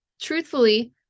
truthfully